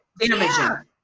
Damaging